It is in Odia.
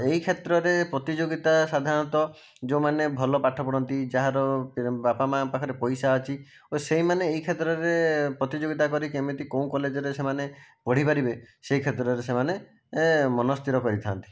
ଏହି କ୍ଷେତ୍ରରେ ପ୍ରତିଯୋଗିତା ସାଧରଣତଃ ଯେଉଁମାନେ ଭଲ ପାଠ ପଢ଼ନ୍ତି ଯାହାର ବାପାମାଆଙ୍କ ପାଖରେ ପଇସା ଅଛି ଓ ସେହିମାନେ ଏହି କ୍ଷେତ୍ରରେ ପ୍ରତିଯୋଗିତା କରି କେମିତି କେଉଁ କଲେଜରେ ସେମାନେ ପଢ଼ି ପାରିବେ ସେହି କ୍ଷେତ୍ରରେ ସେମାନେ ମନ ସ୍ଥିର କରିଥାନ୍ତି